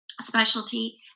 specialty